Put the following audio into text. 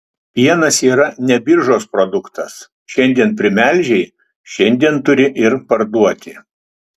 pienas yra ne biržos produktas šiandien primelžei šiandien turi ir parduoti